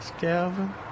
Calvin